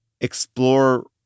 explore